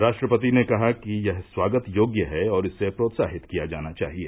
राष्ट्रपति ने कहा कि यह स्वागत र्योग्य है और इर्स प्रोत्साहित किया जाना चाहिए